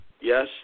Yes